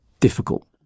difficult